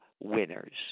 winners